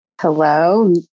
Hello